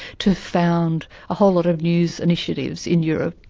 to found a whole lot of news initiatives in europe,